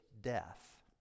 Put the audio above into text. death